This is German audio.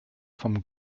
vom